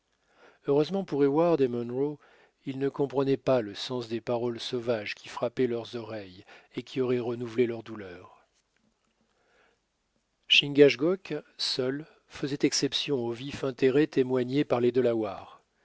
heureusement pour heyward et munro ils ne comprenaient pas le sens des paroles sauvages qui frappaient leurs oreilles et qui auraient renouvelé leur douleur chingachgook seul faisait exception au vif intérêt témoigné par les